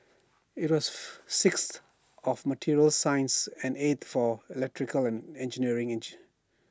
IT was sixth of materials science and eighth for electrical and engineering inch